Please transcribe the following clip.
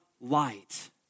light